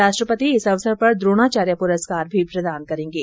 राष्ट्रपति इस अवसर पर द्रोणाचार्य पुरस्कार भी प्रदान करेंगे